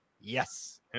yes